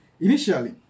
initially